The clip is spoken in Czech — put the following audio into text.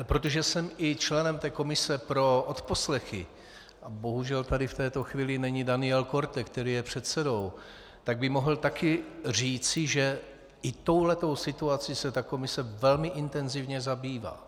Protože jsem členem i té komise pro odposlechy a bohužel tady v této chvíli není Daniel Korte, který je předsedou, tak by mohl také říci, že i touhle tou situací se komise velmi intenzivně zabývá.